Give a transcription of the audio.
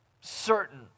certain